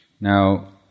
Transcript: Now